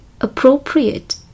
appropriate